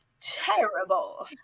terrible